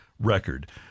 record